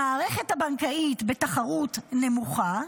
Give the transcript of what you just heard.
המערכת הבנקאית בתחרות נמוכה.